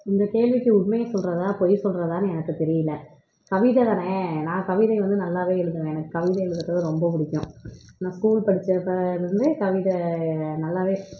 இந்த கேள்விக்கு உண்மையை சொல்கிறதா பொய் சொல்கிறதானு எனக்கு தெரியல கவிதை தானே நான் கவிதை வந்து நல்லாவே எழுதுவேன் எனக்கு கவிதை எழுதுகிறது ரொம்ப பிடிக்கும் நான் ஸ்கூல் படிச்சப்பலிருந்து கவிதை நல்லாவே